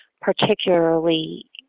particularly